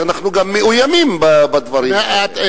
מרגישים שאנחנו גם מאוימים בדברים האלה.